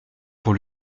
pour